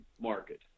market